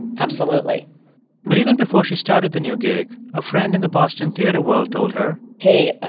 absolutely but even before she started the new gig, a friend in the boston theater world told her. hey,